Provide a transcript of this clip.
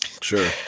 Sure